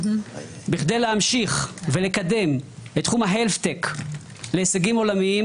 בכדי להמשיך לקדם את תחום ההלט-טק להישגים עולמיים,